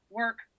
work